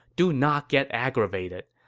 do not get aggravated.